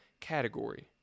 category